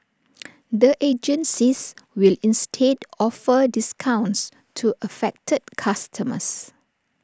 the agencies will instead offer discounts to affected customers